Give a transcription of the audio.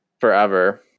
forever